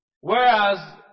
Whereas